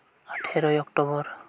ᱟᱴᱷᱮᱨᱚᱭ October